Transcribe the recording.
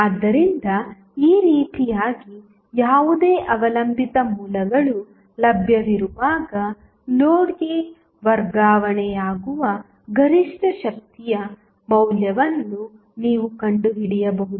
ಆದ್ದರಿಂದ ಈ ರೀತಿಯಾಗಿ ಯಾವುದೇ ಅವಲಂಬಿತ ಮೂಲಗಳು ಲಭ್ಯವಿರುವಾಗ ಲೋಡ್ಗೆ ವರ್ಗಾವಣೆಯಾಗುವ ಗರಿಷ್ಠ ಶಕ್ತಿಯ ಮೌಲ್ಯವನ್ನು ನೀವು ಕಂಡುಹಿಡಿಯಬಹುದು